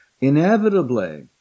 Inevitably